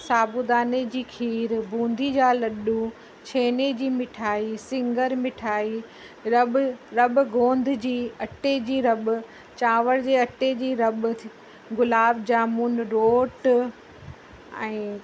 साबूदाने जी खीर बूंदी जा लड्डू छेने जी मिठाई सिंगर मिठाई रॿ रॿ गोंद जी अटे जी रॿ चांवर जे अटे जी रॿ गुलाब जामुन रोट ऐं